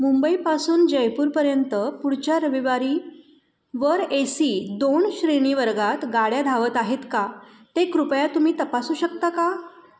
मुंबईपासून जयपूरपर्यंत पुढच्या रविवारी वर एसी दोन श्रेणीवर्गात गाड्या धावत आहेत का ते कृपया तुम्ही तपासू शकता का